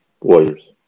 Warriors